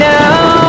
now